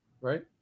right